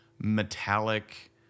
metallic